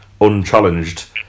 unchallenged